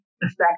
effect